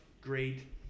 great